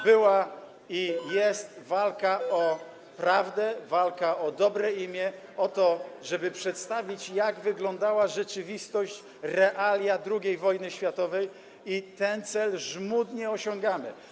była i jest walka o prawdę, walka o dobre imię, o to, żeby przedstawić, jak wyglądała rzeczywistość, realia II wojny światowej, i ten cel żmudnie osiągamy.